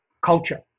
culture